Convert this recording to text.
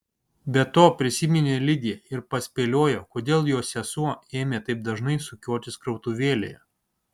be to prisiminė lidiją ir paspėliojo kodėl jos sesuo ėmė taip dažnai sukiotis krautuvėlėje